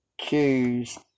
choose